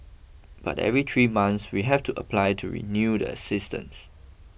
but every three months we have to apply to renew the assistance